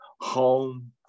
home